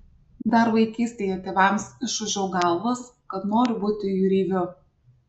dar vaikystėje tėvams išūžiau galvas kad noriu būti jūreiviu